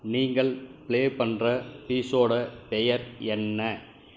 நீங்கள் ப்ளே பண்ணுற பீசோட பெயர் என்ன